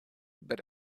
but